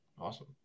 Awesome